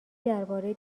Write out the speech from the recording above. درباره